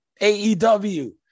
AEW